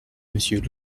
monsieur